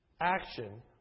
action